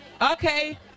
Okay